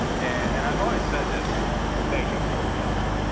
and i've always said this and and thank you, cliff, by the way